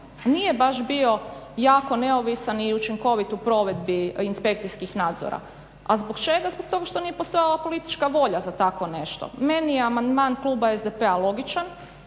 nije baš bio jako neovisan i učinkovit u provedbi inspekcijskih nadzora. A zbog čega? Zbog toga što nije postojala politička volja za tako nešto. Meni je amandman Kluba SDP-a logičan,